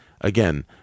again